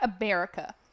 America